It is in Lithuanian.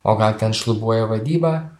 o gal ten šlubuoja vadyba